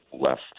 left